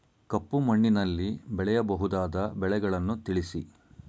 ಕಪ್ಪು ಮಣ್ಣಿನಲ್ಲಿ ಬೆಳೆಯಬಹುದಾದ ಬೆಳೆಗಳನ್ನು ತಿಳಿಸಿ?